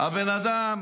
הבן אדם,